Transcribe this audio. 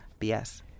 BS